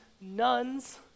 nuns